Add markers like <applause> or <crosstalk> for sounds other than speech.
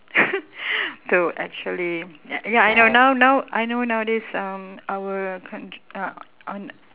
<noise> to actually ya ya I know now now I know nowadays um our count~ uh on